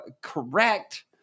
correct